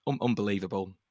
unbelievable